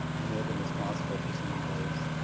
i may have been responsible for some of those,